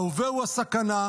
ההווה הוא הסכנה.